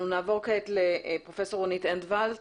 אנחנו נעבור כעת לפרופ' רונית אנדוולט